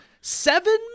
seven